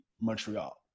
montreal